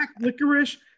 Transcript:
licorice